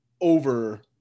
over